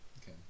Okay